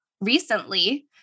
Recently